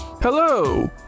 Hello